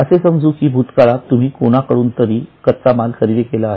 असे समजू की भूतकाळात तुम्ही कोणाकडून तरी कच्चा माल खरेदी केला आहे